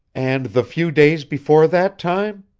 and the few days before that time?